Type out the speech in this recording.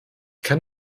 kann